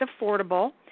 affordable